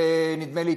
נדמה לי,